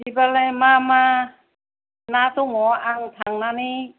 बिदिबालाय मा मा ना दङ आं थांनानै